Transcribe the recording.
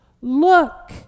look